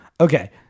okay